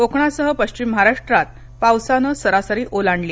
कोकणासह पश्चिम महाराष्ट्रात पावसानं सरासरी ओलांडली